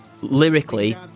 Lyrically